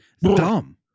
dumb